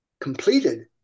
completed